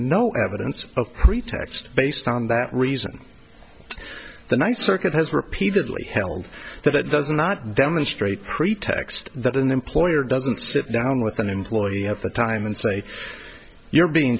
no evidence of pretext based on that reason the ny circuit has repeatedly held that it does not demonstrate pretext that an employer doesn't sit down with an employee at the time and say you're being